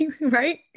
right